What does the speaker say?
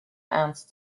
ernst